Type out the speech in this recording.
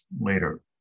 later